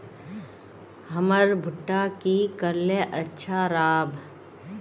हमर भुट्टा की करले अच्छा राब?